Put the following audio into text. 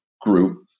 group